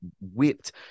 whipped